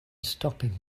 stopping